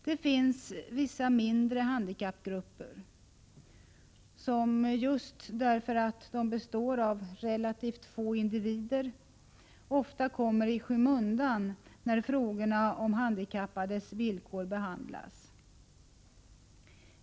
Det finns vissa mindre handikappgrupper som, just därför att de består av relativt få individer, ofta kommer i skymundan när frågorna om handikappades villkor behandlas.